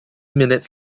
minutes